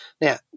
Now